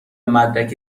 مدرک